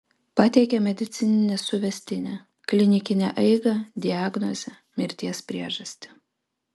pateikė medicininę suvestinę klinikinę eigą diagnozę mirties priežastį